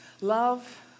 Love